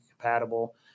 compatible